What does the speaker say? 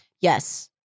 Yes